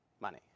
Money